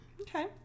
okay